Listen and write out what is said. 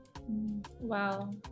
Wow